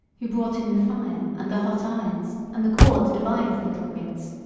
who brought in the fire and the hot irons, and the cord to bind the little prince.